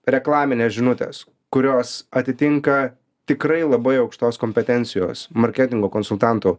reklaminės žinutės kurios atitinka tikrai labai aukštos kompetencijos marketingo konsultantų